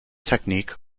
technique